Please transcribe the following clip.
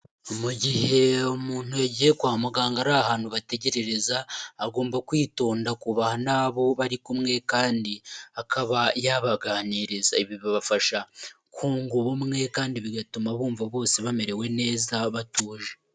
Mu gihe umuntu yagiye kwa muganga ari ahantu bategerereza, agomba kwitonda akubaha nabo bari kumwe kandi akaba yabaganiriza. Ibi bibafasha kunga ubumwe kandi bigatuma bumva bose bamerewe neza batuje.